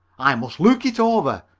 i must look it over,